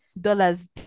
dollars